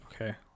Okay